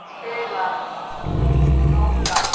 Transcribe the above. چھ لاکھ نو لاکھ